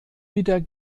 wieder